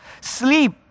Sleep